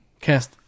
cast